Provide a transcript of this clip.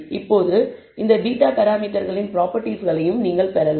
இப்போது இந்த β பராமீட்டர்களின் ப்ராப்பர்ட்டீஸ்களையும் நீங்கள் பெறலாம்